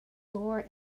lower